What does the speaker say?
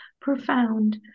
profound